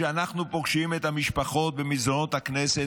כשאנחנו פוגשים את המשפחות במסדרונות הכנסת,